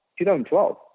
2012